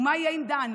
ומה יהיה עם דן?